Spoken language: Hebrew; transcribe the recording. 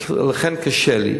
לכן קשה לי.